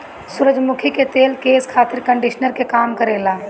सूरजमुखी के तेल केस खातिर कंडिशनर के काम करेला